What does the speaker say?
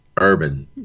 urban